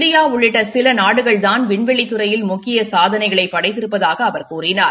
India உள்ளிட்ட சில நாடுகள்தான் விண்வெளித்துறையில் முக்கிய சாதனைகளைப் படைத்திருப்பதாகவும் அவர் தெரிவித்தார்